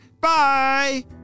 Bye